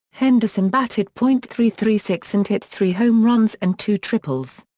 henderson batted point three three six and hit three home runs and two triples.